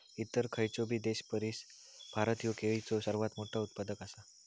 इतर खयचोबी देशापरिस भारत ह्यो केळीचो सर्वात मोठा उत्पादक आसा